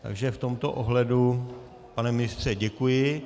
Takže v tomto ohledu, pane ministře, děkuji.